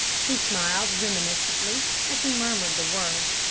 he smiled reminiscently, as he murmured the words.